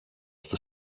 στο